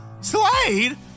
Slade